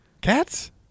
Cats